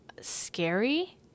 scary